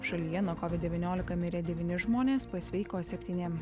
šalyje nuo covid devyniolika mirė devyni žmonės pasveiko septyni